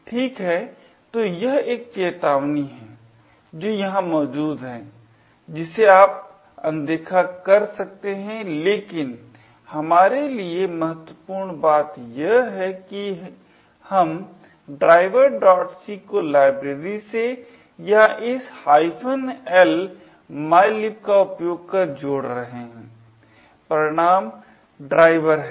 ठीक है तो यह एक चेतावनी है जो यहां मौजूद है जिसे आप अनदेखा कर सकते हैं लेकिन हमारे लिए महत्वपूर्ण बात यह है कि हम driverc को लाइब्रेरी से या इस L mylib का उपयोग कर जोड़ रहे हैं परिणाम ड्राइवर है